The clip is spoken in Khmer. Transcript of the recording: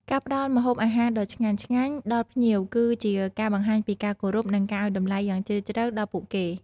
ការផ្តល់ម្ហូបអាហារដ៏ឆ្ងាញ់ៗដល់ភ្ញៀវគឺជាការបង្ហាញពីការគោរពនិងការឲ្យតម្លៃយ៉ាងជ្រាលជ្រៅដល់ពួកគេ។